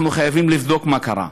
אנחנו חייבים לבדוק מה קרה.